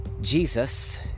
Jesus